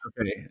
Okay